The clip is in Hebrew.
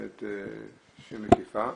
שמקיפה,